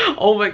oh like